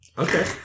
Okay